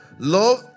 Love